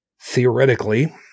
theoretically